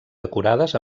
decorades